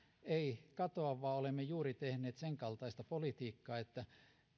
eivät katoa vaan olemme juuri tehneet sen kaltaista politiikkaa että